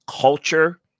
culture